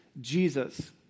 Jesus